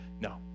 no